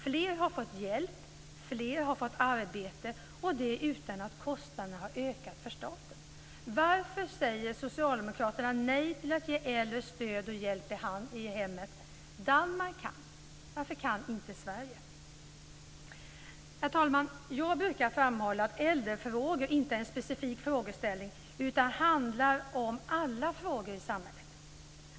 Fler har fått hjälp, och fler har fått arbete, och det utan att kostnaderna för staten har ökat. Varför säger socialdemokraterna nej till att ge äldre stöd och hjälp i hemmet? Danmark kan. Varför kan inte Sverige? Jag brukar framhålla att äldrefrågor inte är en specifik frågeställning utan handlar om alla frågor i samhället.